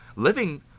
living